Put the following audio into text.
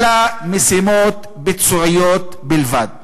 אלא משימות ביצועיות בלבד.